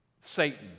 Satan